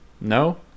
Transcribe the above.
No